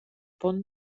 pont